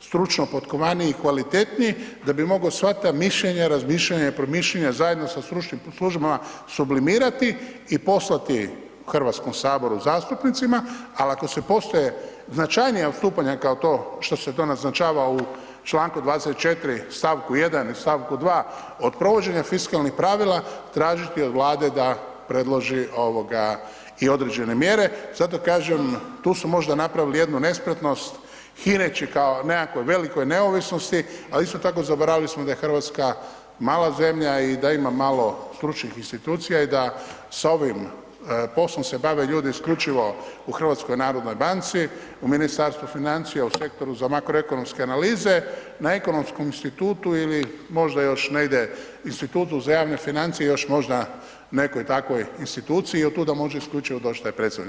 stručno potkovaniji i kvalitetniji da bi mogao sva ta mišljenja, razmišljanja i promišljanja zajedno sa stručnim službama sublimirati i poslati Hrvatskom saboru, zastupnicima al ako se postave značajnija odstupanja kao to što se to naznačava u čl. 24. st. 1. i st. 2. od provođenja fiskalnih pravila tražiti od Vlade da predloži i određene mjere, zato kažem tu su možda napravili jednu nespretnost hireći kao nekakvoj velikoj neovisnosti, ali isto tako zaboravili smo da je RH mala zemlja i da ima malo stručnih institucija i da sa ovim poslom se bave ljudi isključivo u HNB-u, u Ministarstvu financija u Sektoru za makro ekonomske analize, na Ekonomskom institutu ili možda još negdje Institutu za javne financije i još možda u nekoj takvoj instituciji i otuda može isključivo doć taj predstavnik.